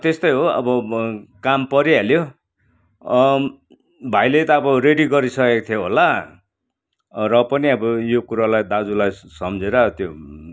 त्यस्तै हो अब काम परिहाल्यो भाइले त अब रेडी गरिसकेको थियो होला र पनि अब यो कुरोलाई दाजुलाई सम्झेर त्यो